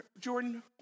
Jordan